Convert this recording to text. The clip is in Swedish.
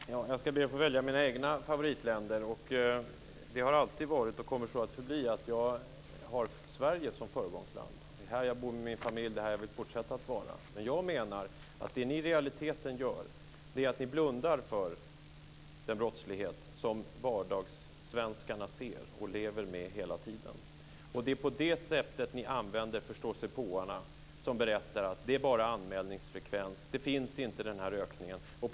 Fru talman! Jag ska be att få välja mina egna favoritländer. Jag har alltid haft Sverige som föregångsland, och det kommer så att förbli. Det är här jag bor med min familj, och det är här jag vill fortsätta att vara. Jag menar att det ni i realiteten gör är att ni blundar för den brottslighet som vardagssvenskarna ser och lever med hela tiden. Det är på det sättet ni använder förståsigpåarna. De berättar att antalet brott inte har ökat och att det bara är anmälningsfrekvensen som stigit.